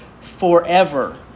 forever